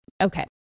Okay